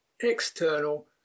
external